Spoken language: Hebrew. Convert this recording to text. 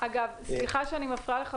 סליחה שאני מפריעה לך,